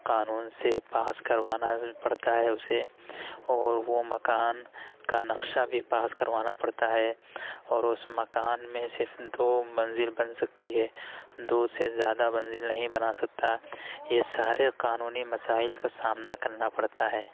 قانون سے پاس کروانا پڑتا ہے اسے اور وہ مکان کا نقشہ بھی پاس کروانا پڑتا ہے اور اس مکان میں صرف دو منزل بن سکتی ہے دو سے زیادہ منزل نہیں بنا سکتا یہ سارے قانونی مسائل کا سامنا کرنا پڑتا ہے